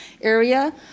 area